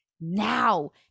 now